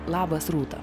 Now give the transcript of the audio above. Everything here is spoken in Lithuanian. labas rūta